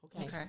okay